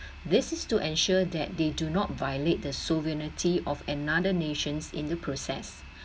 this is to ensure that they do not violate the sovereignty of another nations in the process